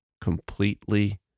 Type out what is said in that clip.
completely